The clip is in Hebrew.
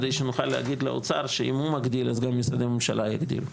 כדי שנוכל להגיד לאוצר שאם הוא מגדיל אז גם משרדי הממשלה יגדילו.